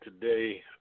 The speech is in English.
today